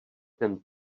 ten